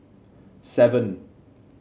seven